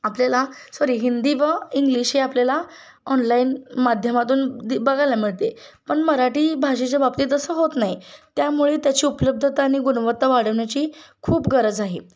आपल्याला सॉरी हिंदी व इंग्लिश हे आपल्याला ऑनलाईन माध्यमातून दि बघायला मिळते पण मराठी भाषेच्या बाबतीत तसं होत नाही त्यामुळे त्याची उपलब्धता आणि गुणवत्ता वाढवण्याची खूप गरज आहे